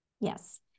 Yes